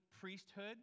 priesthood